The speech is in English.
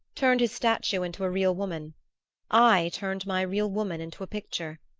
turned his statue into a real woman i turned my real woman into a picture.